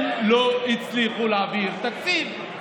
הם לא הצליחו להעביר תקציב,